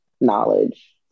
knowledge